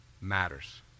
matters